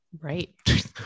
Right